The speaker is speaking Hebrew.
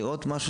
זה לא משהו